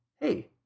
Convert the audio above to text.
hey